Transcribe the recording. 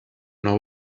know